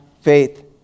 faith